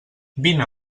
vine